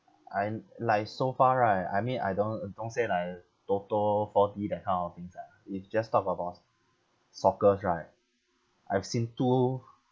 I like so far right I mean I don't don't say like toto four d that kind of things ah you just talk about soccers right I've seen too